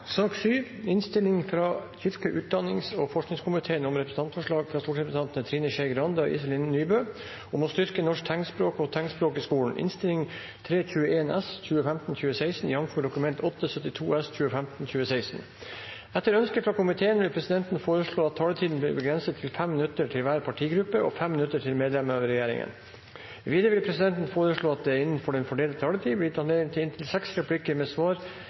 fra kirke-, utdannings- og forskningskomiteen vil presidenten foreslå at taletiden blir begrenset til 5 minutter til hver partigruppe og 5 minutter til medlem av regjeringen. Videre vil presidenten foreslå at det – innenfor den fordelte taletid – blir gitt anledning til inntil seks replikker med svar etter innlegg fra medlemmer av regjeringen, og at de som måtte tegne seg på talerlisten utover den fordelte taletid, får en taletid på inntil 3 minutter. – Det